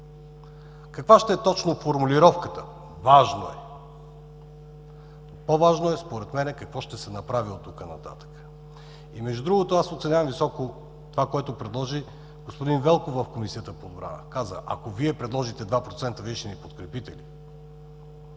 Каква ще е точно формулировката – важно е! По-важно е според мен какво ще се направи оттук нататък. Високо оценявам това, което предложи господин Велков в Комисията по отбрана. Каза – ако Вие предложите 2%, ще ни подкрепите ли?